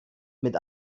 mit